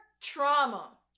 trauma